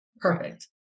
Perfect